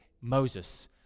Moses